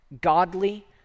godly